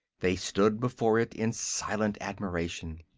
they stood before it in silent admiration.